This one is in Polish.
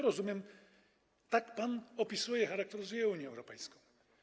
Rozumiem, że tak pan opisuje, charakteryzuje Unię Europejską.